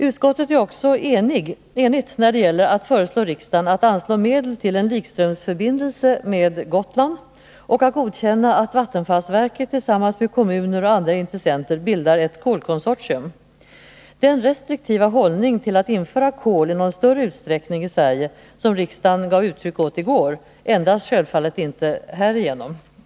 Utskottet är också enigt när det gäller att föreslå riksdagen att anslå medel till en likströmsförbindelse med Gotland och att godkänna att vattenfallsverket tillsammans med kommuner och andra intressenter bildar ett kolkonsortium. Den restriktiva hållningen till att införa kol i någon större utsträckning i Sverige, som riksdagen gav uttryck åt i går, ändras självfallet inte härigenom.